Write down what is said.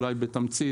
אולי בתמצית,